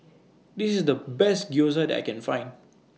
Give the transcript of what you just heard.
This IS The Best Gyoza I Can Find